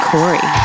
Corey